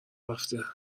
رفته